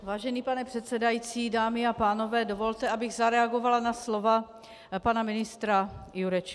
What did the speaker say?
Vážený pane předsedající, dámy a pánové, dovolte, abych zareagovala na slova pana ministra Jurečky.